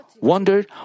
wondered